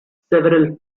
several